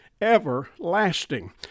everlasting